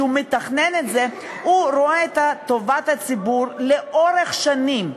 התכנון רואה את טובת הציבור לאורך שנים.